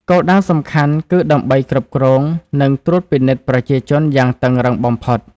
គោលដៅសំខាន់គឺដើម្បីគ្រប់គ្រង និងត្រួតពិនិត្យប្រជាជនយ៉ាងតឹងរ៉ឹងបំផុត។